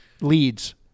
leads